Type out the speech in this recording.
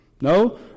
no